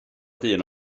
dyn